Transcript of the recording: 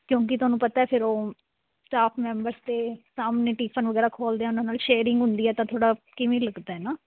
ਕਿਉਂਕਿ ਤੁਹਾਨੂੰ ਪਤਾ ਫਿਰ ਉਹ ਸਟਾਫ ਮੈਂਬਰਸ ਅਤੇ ਸਾਹਮਣੇ ਟੀਫਨ ਵਗੈਰਾ ਖੋਲ੍ਹਦੇ ਹਾਂ ਉਹਨਾਂ ਨਾਲ ਸ਼ੇਅਰਿੰਗ ਹੁੰਦੀ ਹੈ ਤਾਂ ਥੋੜ੍ਹਾ ਕਿਵੇਂ ਲੱਗਦਾ ਨਾ